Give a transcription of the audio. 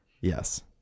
yes